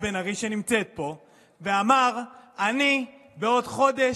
אני מעריכה שלא,